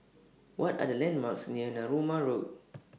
What Are The landmarks near Narooma Road